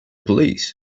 police